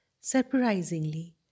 Surprisingly